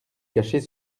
cacher